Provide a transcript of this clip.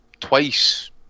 twice